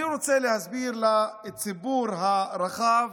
אני רוצה להסביר לציבור הרחב